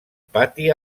pati